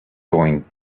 going